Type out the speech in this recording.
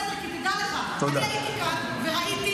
בסדר, תדע לך, אני הייתי כאן וראיתי.